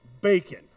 Bacon